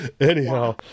Anyhow